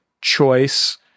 choice